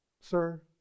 Sir